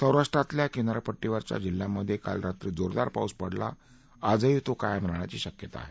सौराष्ट्रातल्या किनारपट्टीवरच्या जिल्ह्यांमधे काल रात्री जोरदार पाऊस पडला असून आजही तो कायम राहण्याची शक्यता आहे